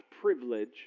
privilege